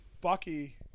Bucky